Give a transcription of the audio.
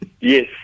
Yes